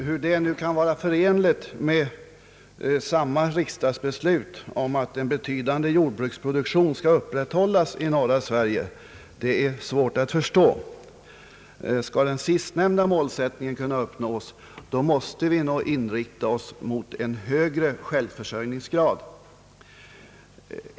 Hur detta kan vara förenligt med samma riksdags beslut om att en betydande jordbruksproduktion skall upprätthållas i norra Sverige är svårt att förstå. Skall det sistnämnda målet kunna uppnås, måste vi nog in rikta oss på en högre självförsörjningsgrad.